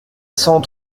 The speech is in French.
cent